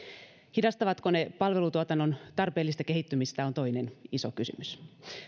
hidastavatko ne palvelutuotannon tarpeellista kehittymistä se on toinen iso kysymys